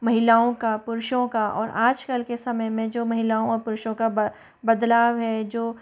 महिलाओं का पुरुषों का और आज कल के समय में जो महिलाओं और पुरुषों का ब बदलाव है जो